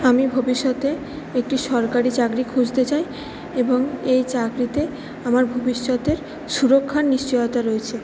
আমি ভবিষ্যতে একটি সরকারি চাকরি খুঁজতে চাই এবং এই চাকরিতে আমার ভবিষ্যতের সুরক্ষার নিশ্চয়তা রয়েছে